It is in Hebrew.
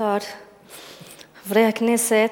חברי הכנסת,